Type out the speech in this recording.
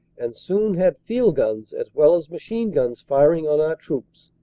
and soon had field-guns as well as machine-guns firing on our troops.